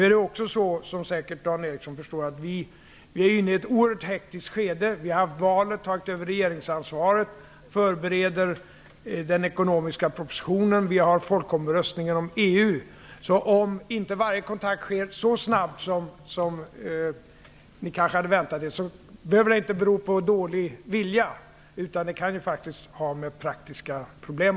Vi är inne i ett oerhört hektiskt skede, vilket Dan Ericsson säkert förstår. Vi har efter valet tagit över regeringsansvaret, och vi förbereder den ekonomiska propositionen. Snart är det folkomröstning om EU. Om inte varje kontakt sker så snabbt som ni kanske hade väntat, behöver det inte bero på dålig vilja. Det kan faktiskt vara praktiska problem.